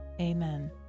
Amen